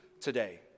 today